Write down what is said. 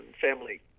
family